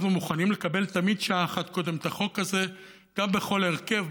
אנחנו מוכנים לקבל תמיד שעה אחת קודם את החוק הזה בכל הרכב.